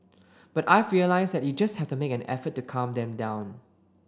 but I've realised that you just have to make an effort to calm them down